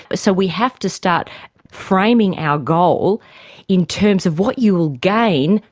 but so we have to start framing our goal in terms of what you will gain,